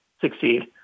succeed